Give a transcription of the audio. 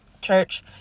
Church